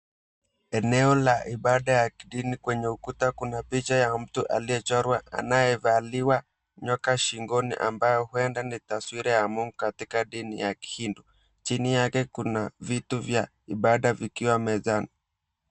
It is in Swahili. Eneo la ibada ya kidini kwenye ukuta kuna picha ya mtu aliyechorwa anayebaliwa nyoka shingoni ambao uenda ni taswira ya mungu katika dini ya Kihindu. Chini yake kuna vitu vya ibada vikiwa mezani.